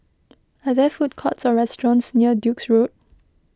are there food courts or restaurants near Duke's Road